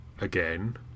again